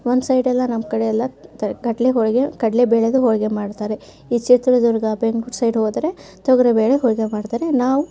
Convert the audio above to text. ಒಂದು ಸೈಡ್ ಎಲ್ಲ ನಮ್ಮ ಕಡೆಯೆಲ್ಲ ಕಡಲ ಹೋಳಿಗೆ ಕಡಲೆ ಬೇಳೆದು ಹೋಳಿಗೆ ಮಾಡ್ತಾರೆ ಈ ಚಿತ್ರದುರ್ಗ ಬೆಂಗ್ಳೂರು ಸೈಡ್ ಹೋದರೆ ತೊಗರಿಬೇಳೆ ಹೋಳಿಗೆ ಮಾಡ್ತಾರೆ ನಾವು